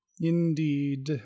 Indeed